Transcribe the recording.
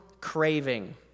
craving